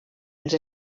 els